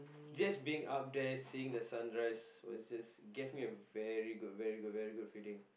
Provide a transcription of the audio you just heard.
just being up there seeing the sun rise was just it gave me a very good very good very good feeling